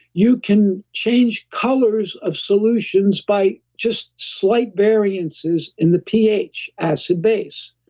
you can change colors of solutions by just slight variances in the ph, acid-base.